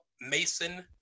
Mason